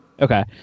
Okay